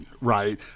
right